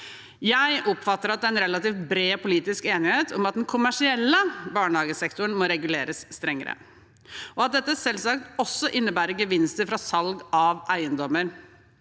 Jeg oppfatter at det er en relativt bred politisk enighet om at den kommersielle barnehagesektoren må reguleres strengere, og at dette selvsagt også innebærer gevinster fra salg av eiendommer.